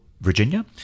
Virginia